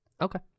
Okay